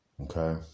Okay